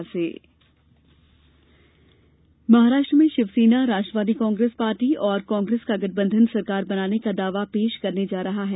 फडणवीस इस्तीफा महाराष्ट्र में शिवसेना राष्ट्रवादी कांग्रेस पार्टी और कांग्रेस का गठबंधन सरकार बनाने का दावा पेश करने जा रहा है